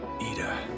Ida